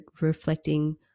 reflecting